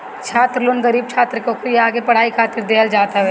छात्र लोन गरीब छात्र के ओकरी आगे के पढ़ाई खातिर देहल जात हवे